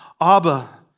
Abba